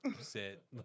sit